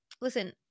Listen